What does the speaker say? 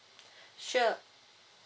sure